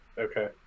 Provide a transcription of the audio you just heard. Okay